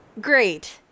Great